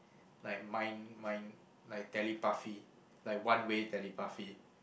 like mind mind like telepathy like one way telepathy